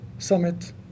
summit